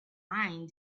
mind